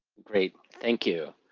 great. thank you.